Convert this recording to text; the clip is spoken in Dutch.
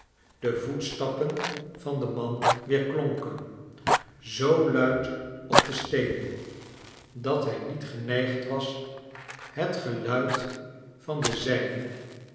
de voetstappen van den man weerklonken zoo luid op de steenen dat hij niet geneigd was het geluid van de zijne